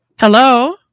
Hello